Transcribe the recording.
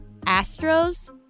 Astros